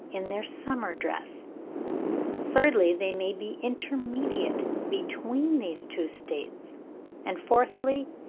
in their summer dress thirdly, they may be intermediate between these two states and, fourthly,